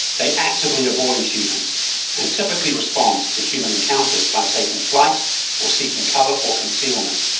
they actively avoid humans and typically respond to human encounters by taking flight or seeking cover or concealment.